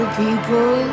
people